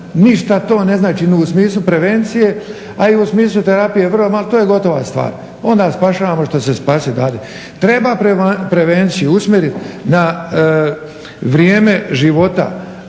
ništa to ne znači ni u smislu prevencije, a i u smislu terapije vrlo malo, to je gotova stvar, onda spašavamo što se spasit dade. Treba prevenciju usmjerit na vrijeme života